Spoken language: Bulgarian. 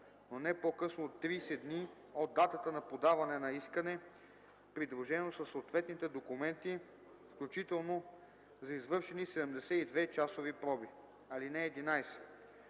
но не по-късно от 30 дни от датата на подаване на искане, придружено със съответните документи, включително за извършени 72-часови проби. (11)